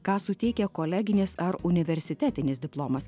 ką suteikia koleginis ar universitetinis diplomas